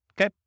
okay